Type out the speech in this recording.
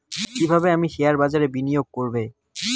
কিভাবে আমি শেয়ারবাজারে বিনিয়োগ করবে?